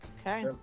Okay